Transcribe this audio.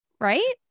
right